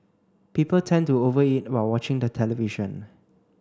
people tend to over eat while watching the television